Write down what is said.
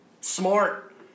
smart